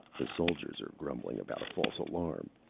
the soldiers are grumbling about a false alarm,